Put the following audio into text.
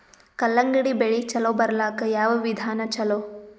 ಕಲ್ಲಂಗಡಿ ಬೆಳಿ ಚಲೋ ಬರಲಾಕ ಯಾವ ವಿಧಾನ ಚಲೋ?